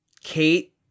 Kate